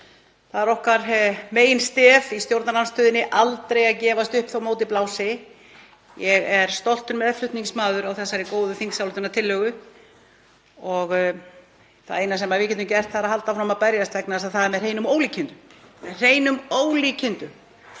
Það er víst okkar meginstef í stjórnarandstöðunni, aldrei að gefast upp þótt á móti blási. Ég er stoltur meðflutningsmaður á þessari góðu þingsályktunartillögu og það eina sem við getum gert er að halda áfram að berjast vegna þess að það er með hreinum ólíkindum